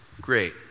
Great